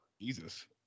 Jesus